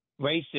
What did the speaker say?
Racist